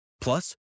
Plus